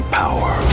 power